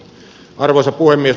arvoisa puhemies